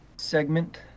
segment